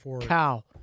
cow